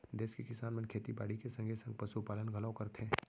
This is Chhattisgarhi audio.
देस के किसान मन खेती बाड़ी के संगे संग पसु पालन घलौ करथे